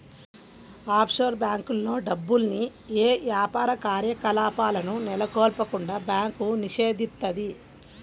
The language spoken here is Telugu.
ఆఫ్షోర్ బ్యేంకుల్లో డబ్బుల్ని యే యాపార కార్యకలాపాలను నెలకొల్పకుండా బ్యాంకు నిషేధిత్తది